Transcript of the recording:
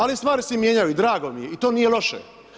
Ali stvari se mijenjaju i drago mi je i to nije loše.